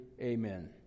Amen